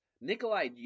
Nikolai